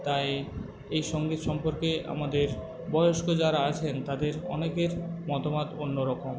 তাই এই সংগীত সম্পর্কে আমাদের বয়স্ক যারা আছেন তাদের অনেকের মতামত অন্যরকম